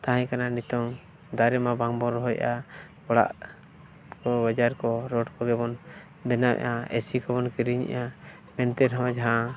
ᱛᱟᱦᱮᱸ ᱠᱟᱱᱟ ᱱᱤᱛᱚᱝ ᱫᱟᱨᱮ ᱢᱟ ᱵᱟᱝᱵᱚᱱ ᱨᱚᱦᱚᱭᱮᱜᱼᱟ ᱚᱲᱟᱜ ᱠᱚ ᱵᱟᱡᱟᱨ ᱠᱚ ᱨᱳᱰ ᱠᱚᱜᱮ ᱵᱚᱱ ᱵᱮᱱᱟᱣᱮᱜᱼᱟ ᱮᱥᱤ ᱠᱚᱜᱮ ᱵᱚᱱ ᱠᱤᱨᱤᱧᱮᱜᱼᱟ ᱮᱱᱛᱮ ᱨᱮᱦᱚᱸ ᱡᱟᱦᱟᱸ